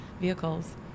vehicles